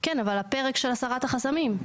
כן, אבל הפרק של הסרת החסמים.